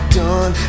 done